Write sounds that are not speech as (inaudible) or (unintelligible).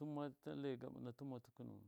(unintelligible) lai gaɓɨna ma tɨkɨnunu.